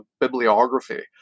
bibliography